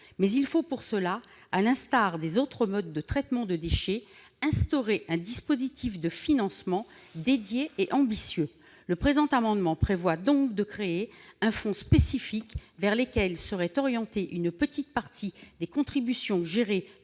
mais il faut pour cela, à l'instar des autres modes de traitement de déchets, instaurer un dispositif de financement dédié et ambitieux. Le présent amendement vise donc à créer un fonds spécifique vers lequel serait orientée une petite partie des contributions gérées